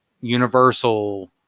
Universal